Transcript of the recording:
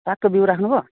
सागको बिउ राख्नुभयो